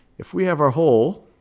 if we have our whole,